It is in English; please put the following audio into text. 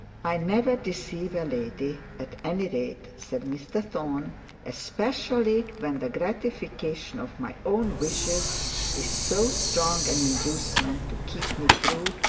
i never deceive a lady, at any rate said mr thorne especially when the gratification of my own wishes is so strong an inducement to keep me true,